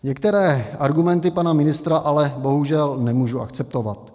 Některé argumenty pana ministra ale bohužel nemůžu akceptovat.